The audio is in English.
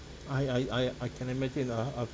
I I I I can imagine ah I've